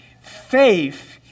Faith